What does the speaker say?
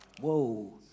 Whoa